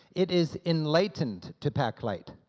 it is enlightened to pack light,